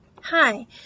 Hi